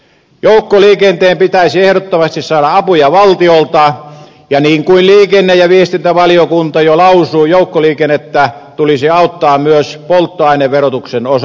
joukkoliikenteen pitäisi ehdottomasti saada apuja valtiolta ja niin kuin liikenne ja viestintävaliokunta jo lausui joukkoliikennettä tulisi auttaa myös polttoaineverotuksen osalta